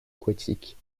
aquatiques